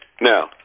Now